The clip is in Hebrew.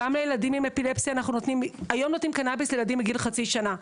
היום, נותנים קנביס לילדים מגיל חצי שנה.